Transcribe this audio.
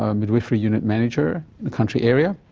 a midwifery-unit manager in a country area.